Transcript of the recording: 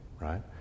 right